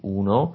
uno